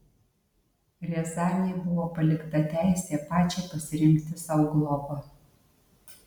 riazanei buvo palikta teisė pačiai pasirinkti sau globą